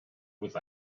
with